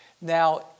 Now